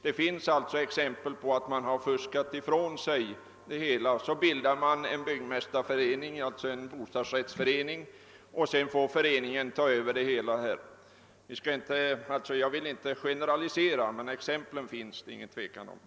Det finns alltså exempel som visar att man fuskat ifrån sig. Så bildar man en bostadsrättsförening, och sedan får föreningen ta över ansvaret för det hela. Jag vill inte generalisera, men nog finns det exempel.